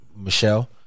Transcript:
Michelle